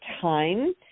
time